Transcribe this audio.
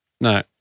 No